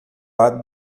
lado